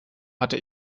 hatte